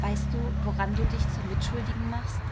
weißt du woran du dich zur mitschuldigen machst